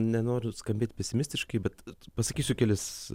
nenoriu skambėt pesimistiškai bet pasakysiu kelis